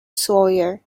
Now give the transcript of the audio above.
sawyer